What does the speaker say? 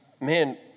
man